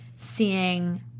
Seeing